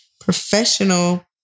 professional